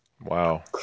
Wow